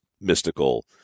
mystical